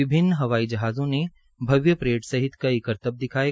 विभिन्न हवाई हवाई जहाजों ने भव्य परेड सहित कई करतब दिखये